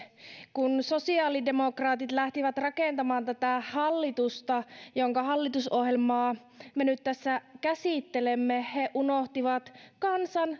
kun sosiaalidemokraatit lähtivät rakentamaan tätä hallitusta jonka hallitusohjelmaa me nyt tässä käsittelemme he unohtivat kansan